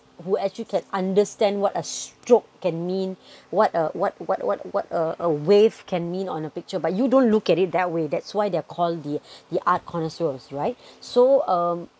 who as you can understand what a stroke can mean what uh what what what what uh a wave can mean on a picture but you don't look at it that way that's why they're called the the art connoisseur of right so um